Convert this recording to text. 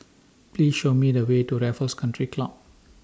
Please Show Me The Way to Raffles Country Club